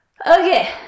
Okay